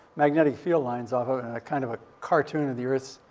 magnetic field lines off a kind of a cartoon of the earth's,